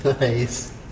nice